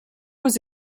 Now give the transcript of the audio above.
was